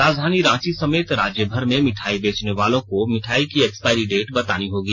राजधानी रांची समेत राज्य भर में मिठाई बेचने वालों को मिठाई की एक्सपायरी डेट बतानी होगी